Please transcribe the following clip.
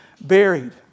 buried